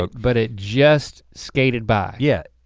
but but it just skated by. yeah.